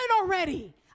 already